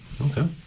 Okay